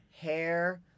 hair